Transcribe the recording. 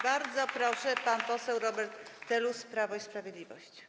Bardzo proszę, pan poseł Robert Telus, Prawo i Sprawiedliwość.